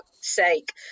sake